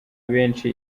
benshi